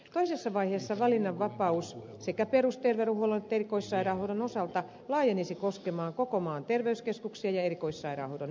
toisessa vaiheessa valinnanvapaus sekä perusterveydenhuollon että erikoissairaanhoidon osalta laajenisi koskemaan koko maan terveyskeskuksia ja erikoissairaanhoidon yksiköitä